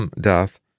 death